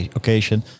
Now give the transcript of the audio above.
occasion